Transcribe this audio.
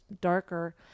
darker